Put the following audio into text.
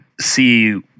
see